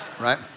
Right